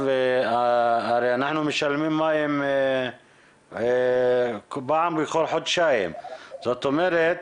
הרי אנחנו משלמים מים פעם בחודשיים, זאת אומרת